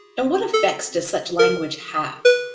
and what effects does such language have?